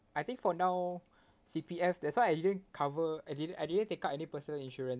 I think for now C_P_F that's why I didn't cover I didn't I didn't take up any personal insurance